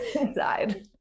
inside